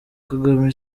kagame